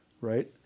Right